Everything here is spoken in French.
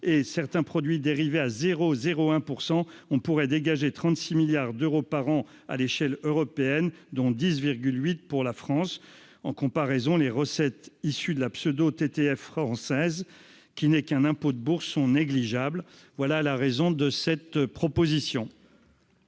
certains produits dérivés à 0 01 % on pourrait dégager 36 milliards d'euros par an à l'échelle européenne, dont 10 8 pour la France en comparaison les recettes issues de la pseudo-TTF française qui n'est qu'un impôt de bourse sont négligeables, voilà la raison de cette proposition.